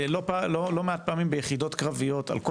לא מעט פעמים ביחידות קרביות על כל